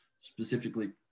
specifically